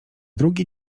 drugi